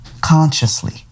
consciously